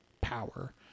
power